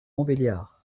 montbéliard